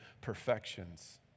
perfections